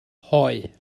hoe